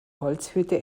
holzhütte